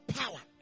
power